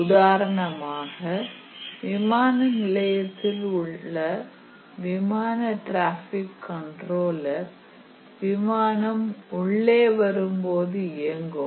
உதாரணமாக விமான நிலையத்தில் உள்ள விமான ட்ராபிக் கண்ட்ரோலர் விமானம் உள்ளே வரும்போது இயங்கும்